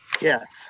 Yes